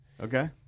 Okay